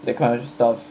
that kind of stuff